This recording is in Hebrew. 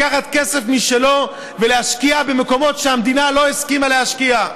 לקחת כסף משלו ולהשקיע במקומות שהמדינה לא הסכימה להשקיע.